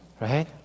right